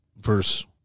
verse